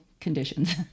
conditions